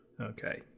Okay